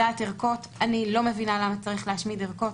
אני לא מבינה למה צריך להשמיד ערכות,